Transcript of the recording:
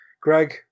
Greg